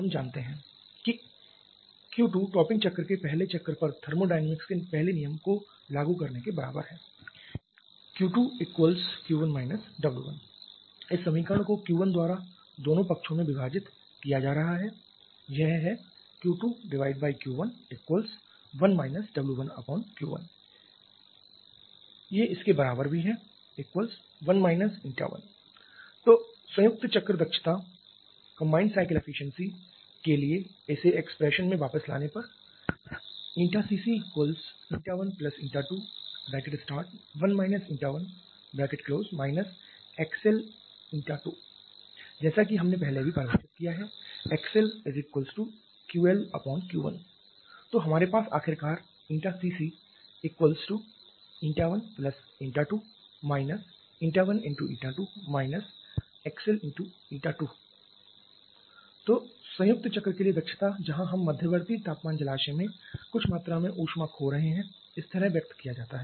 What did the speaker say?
हम जानते हैं कि Q2 टॉपिंग चक्र के पहले चक्र पर थर्मोडायनामिक्स के पहले नियम को लागू करने के बराबर है Q2Q1 W1 इस समीकरण को Q1 द्वारा दोनों पक्षों में विभाजित किया जा रहा है यह है Q2Q11 W1Q1 इसके बराबर भी है 1 1 तो संयुक्त चक्र दक्षता के लिए इसे एक्सप्रेशन में वापस लाने पर CC121 1 xL2 जैसा कि हमने पहले ही परिभाषित किया है xLQLQ1 तो हमारे पास आखिरकार CC12 12 xL2 तो संयुक्त चक्र के लिए दक्षता जहां हम मध्यवर्ती तापमान जलाशय में कुछ मात्रा में ऊष्मा खो रहे हैं इस तरह व्यक्त किया जा सकता है